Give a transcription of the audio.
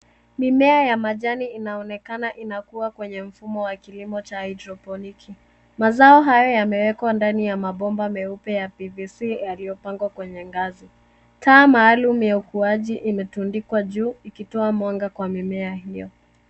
Mimea ya majani inaonekana inakua kwa mfumo wa kilimo cha hydroponiki. Mazao hayo yamewekwa ndani ya mabomba meupe ya pvc yaliyopangwa kwenye ngazi. Taa maalum ya ukuaji imetundikwa juu ikitoa mwanga kwa mimea hiyo.